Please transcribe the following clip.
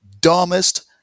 dumbest